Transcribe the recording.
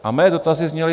A mé dotazy zněly.